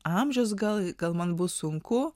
amžius gal gal man bus sunku